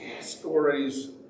stories